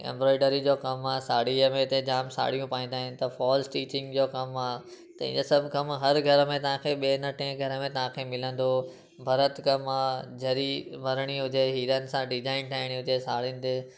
embroidery जो कमु आहे साड़ीअ में हिते जाम साड़ियूं पाईंदा आहिनि त फ़ॉल स्टिचिंग जो कमु आहे त इअं सभु कमु हर घर में तव्हांखे ॿिए न टे घर में तव्हांखे मिलंदो भर्तु कमु आहे जरी भरिणी हुजे हीरनि सां डिजाइन ठाहिणी हुजे साड़ियुनि ते